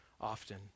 often